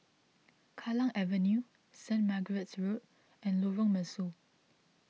Kallang Avenue Saint Margaret's Road and Lorong Mesu